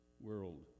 world